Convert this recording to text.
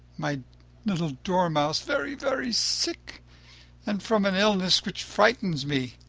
my little dormouse, very, very sick and from an illness which frightens me!